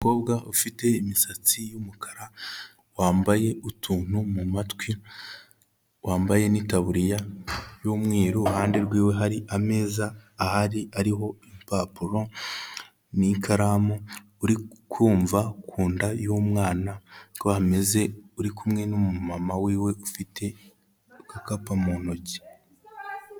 Umukobwa ufite imisatsi y'umukara, wambaye utuntu mu matwi, wambaye n'itaburiya y'umweru, iruhande rw'iwe hari ameza ahari ariho impapuro n'ikaramu, uri kumva ku nda y'umwana uko hameze, uri kumwe n'umumama w'iwe ufite agakapu mu ntoki.